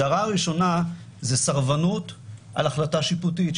היא סרבנות על החלטה שיפוטית,